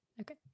Okay